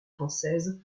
française